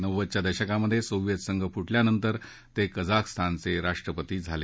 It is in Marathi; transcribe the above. नव्वदच्या दशकात सोव्हियत संघ फुटल्यानंतर ते कझाखस्थानचे राष्ट्रपती झाले